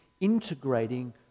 integrating